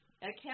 account